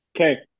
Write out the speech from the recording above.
Okay